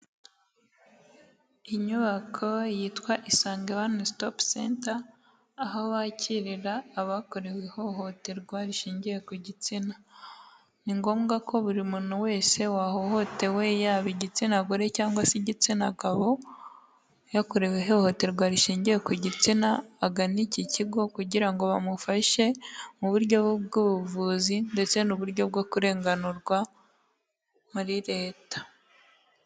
Inyubako yitwa isange wanu sitopu centa, aho wakirira abakorewe ihohoterwa rishingiye ku gitsina. Ni ngombwa ko buri muntu wese wahohotewe yaba igitsina gore cyangwa se igitsina gabo, yakorewe ihohoterwa rishingiye ku gitsina agana iki kigo. Kugira ngo bamufashe mu buryo bwubuvuzi ndetse n'uburyo bwo kurenganurwa muri leta.